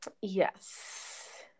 Yes